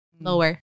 lower